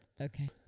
Okay